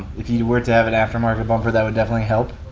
you were to have an after-market bumper, that would definitely help.